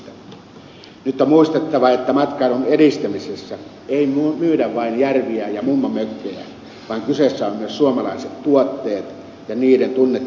nyt on muistettava että matkailun edistämisessä ei myydä vain järviä ja mummonmökkejä vaan kyseessä ovat myös suomalaiset tuotteet ja niiden tunnettavuus maailmalla